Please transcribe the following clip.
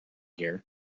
here